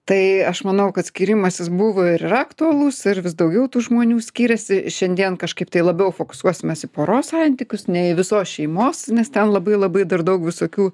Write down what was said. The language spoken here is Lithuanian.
tai aš manau kad skyrimasis buvo ir yra aktualus ir vis daugiau tų žmonių skiriasi šiandien kažkaip tai labiau fokusuosimes į poros santykius ne į visos šeimos nes ten labai labai dar daug visokių